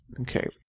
Okay